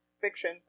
fiction